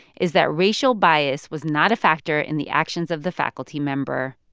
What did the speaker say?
is that racial bias was not a factor in the actions of the faculty member,